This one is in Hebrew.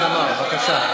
חמד עמאר, בבקשה.